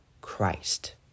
Christ